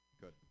Good